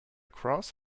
cross